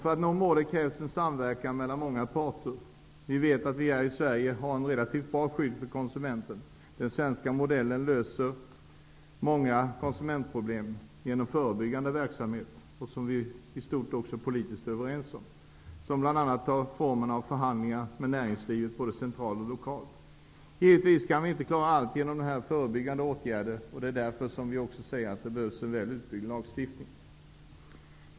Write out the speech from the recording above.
För att vi skall nå målet krävs en samverkan mellan många parter. Vi har i Sverige ett relativt bra skydd för konsumenterna. I den svenska modellen löser vi många konsumentproblem genom förebyggande verksamhet, som vi i stort är ense om politiskt. Denna verksamhet tar bl.a. formen av förhandlingar med näringslivet, både centralt och lokalt. Givetvis kan vi inte klara allt genom förebyggande åtgärder. Vi behöver därför också en väl utbyggd lagstiftning.